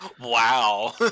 wow